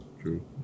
True